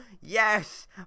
Yes